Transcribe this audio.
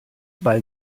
weil